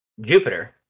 jupiter